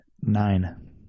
Nine